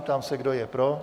Ptám se, kdo je pro.